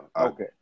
Okay